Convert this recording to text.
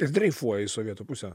jis dreifuoja į sovietų pusę